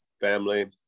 family